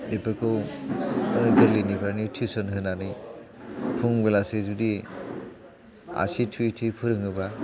बेफोरखौ गोरलैनिफ्रायनो टिउस'न होनानै फुं बेलासे जुदि आसि थुयै थुयै फोरोङोबा